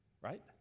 right